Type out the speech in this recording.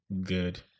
good